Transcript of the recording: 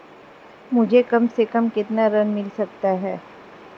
मुझे कम से कम कितना ऋण मिल सकता है?